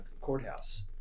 courthouse